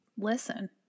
listen